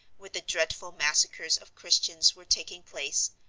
where the dreadful massacres of christians were taking place,